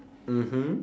mmhmm